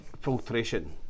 filtration